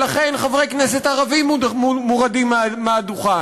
לכן חברי כנסת ערבים מורדים מהדוכן.